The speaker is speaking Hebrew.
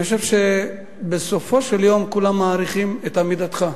אני חושב שבסופו של דבר כולם מעריכים את עמידתך.